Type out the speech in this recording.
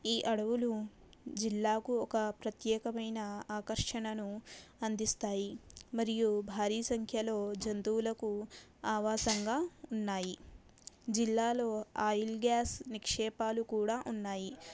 ఈ అడవులు జిల్లాకు ఒక ప్రత్యకమైనా ఆకర్షణను అందిస్తాయి మరియు భారీ సంఖ్యలో జంతువులకు ఆవాసంగా ఉన్నాయి జిల్లాలో ఆయిల్ గ్యాస్ నిక్షేపాలు కూడా ఉన్నాయి